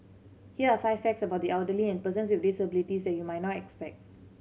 here are five facts about the elderly and persons with disabilities that you might not expect